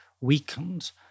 weakened